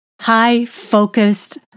high-focused